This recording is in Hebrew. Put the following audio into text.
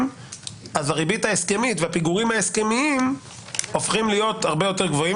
הריבית ההסכמית והפיגורים ההסכמיים הופכים להיות הרבה יותר גבוהים